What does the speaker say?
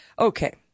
Okay